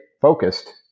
focused